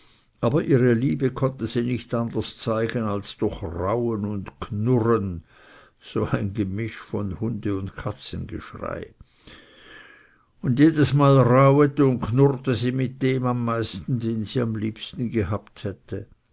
aber ihre liebe konnte sie nicht anders zeigen als durch rauen und knurren so ein gemisch von hunde und katzengeschrei und jedesmal rauete und knurrte sie mit dem am meisten den sie am liebsten gehabt hätte